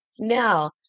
Now